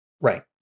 Right